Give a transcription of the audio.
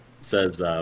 says